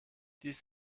dies